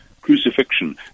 crucifixion